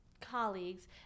colleagues